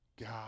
God